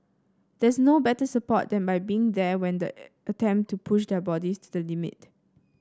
there's no better support than by being there when they attempt to push their bodies to the limit